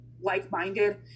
Like-minded